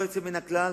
ללא יוצא מן הכלל,